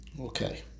Okay